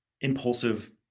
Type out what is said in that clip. impulsive